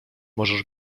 możesz